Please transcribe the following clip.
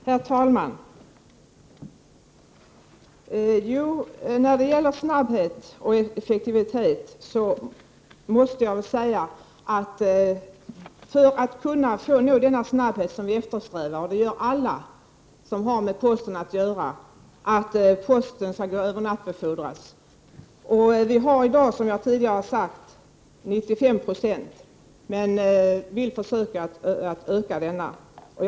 Herr talman! När det gäller snabbhet och effektivitet vill jag säga att alla som har med posten att göra eftersträvar att posten skall kunna övernattbefordras. Vi har i dag, som jag tidigare har sagt, sådan befordran för 95 96 av posten, men vi vill försöka att öka denna andel.